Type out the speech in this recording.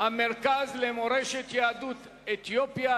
המרכז למורשת יהדות אתיופיה,